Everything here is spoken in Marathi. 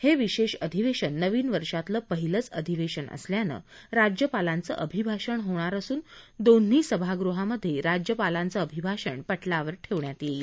हे विशेष अधिवेशन नवीन वर्षातलं पहिलंच अधिवेशन असल्यानं राज्यपालांचं अभिभाषण होणार असून दोन्ही सभागृहामध्ये राज्यपालांचं अभिभाषण पटलावर ठेवण्यात येईल